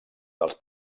dels